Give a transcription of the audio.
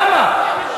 למה?